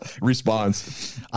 response